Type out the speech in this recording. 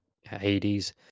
Hades